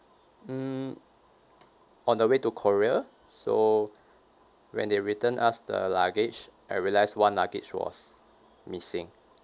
mm on the way to korea so when they returned us the luggage I realised one luggage was missing